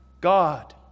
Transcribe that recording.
God